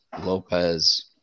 Lopez